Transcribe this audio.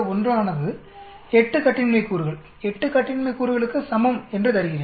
01 ஆனது 8 கட்டின்மை கூறுகள் 8 கட்டின்மை கூறுகளுக்கு சமம் என்று தருகிறேன்